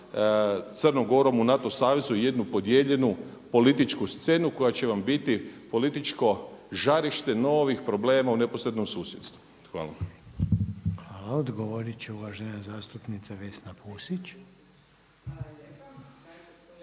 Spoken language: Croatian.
Crnom Gorom u NATO savezu jednu podijeljenu političku scenu koja će vam biti političko žarište novih problema u neposrednom susjedstvu. Hvala. **Reiner, Željko (HDZ)** Hvala. Odgovorit će uvažena zastupnica Vesna Pusić.